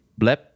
blep